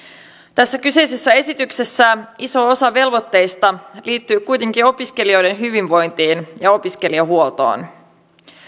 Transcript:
tässä kyseisessä esityksessä iso osa velvoitteista liittyy kuitenkin opiskelijoiden hyvinvointiin ja opiskelijahuoltoon